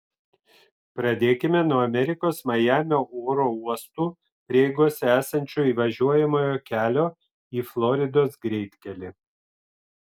pradėkime nuo amerikos majamio oro uostų prieigose esančio įvažiuojamojo kelio į floridos greitkelį